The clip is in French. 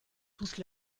toute